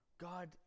God